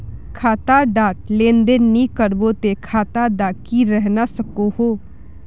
खाता डात लेन देन नि करबो ते खाता दा की रहना सकोहो?